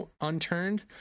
unturned